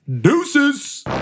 Deuces